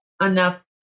enough